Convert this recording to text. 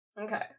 Okay